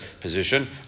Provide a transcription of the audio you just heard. position